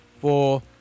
four